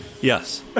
Yes